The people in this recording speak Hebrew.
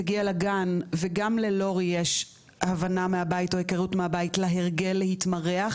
תגיע לגן וגם לאורי יש הבנה מהבית או היכרות מהבית להרגל להתמרח,